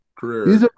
Career